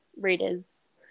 readers